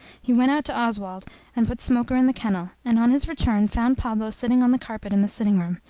he went out to oswald and put smoker in the kennel, and on his return found pablo sitting on the carpet in the sitting-room,